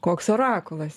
koks orakulas